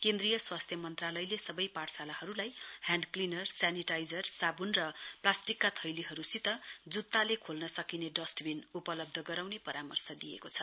केन्द्रीय स्वास्थ्य मन्त्रालयले सबै पाठशालाहरूलाई हैण्ड क्लिनर सैनिटाइजर साबुन र प्लास्टिकका थैलीहरूसित जुत्ताले खोल्न सकिने डस्डबीन उपलब्ध गराउने परामर्श दिएको छ